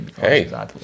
Hey